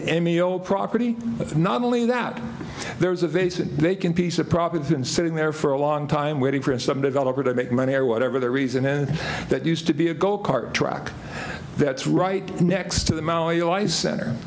emil property of not only that there's a vase and they can piece of property been sitting there for a long time waiting for in some developer to make money or whatever the reason and that used to be a go cart track that's right next to the